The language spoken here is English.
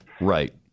Right